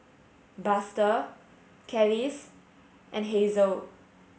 Buster Kelis and Hazle